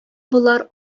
болар